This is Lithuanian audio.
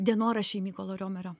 dienoraščiai mykolo riomerio